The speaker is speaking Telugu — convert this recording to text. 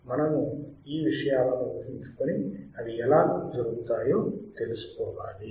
మనము ఈ విషయాలను ఊహించుకొని అవి ఎలా జరుగుతాయో తెలుసుకోవాలి